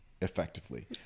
effectively